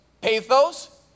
pathos